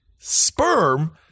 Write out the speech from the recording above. sperm